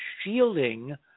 shielding